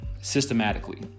systematically